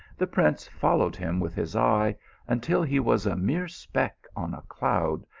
the prince followed him with his eye until he was a mere speck on a cloud,